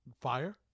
fire